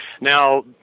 Now